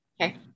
okay